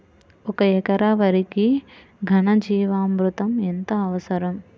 ఒక ఎకరా వరికి ఘన జీవామృతం ఎంత అవసరం?